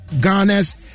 Ghana's